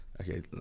okay